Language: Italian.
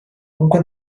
comunque